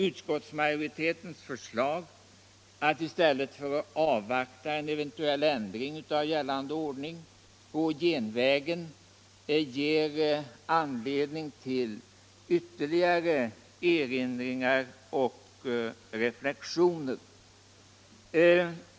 Utskottsmajoritetens förslag att i stället för att avvakta en eventuell ändring av gällande ordning gå genvägen ger anledning till ytterligare erinringar och reflexioner.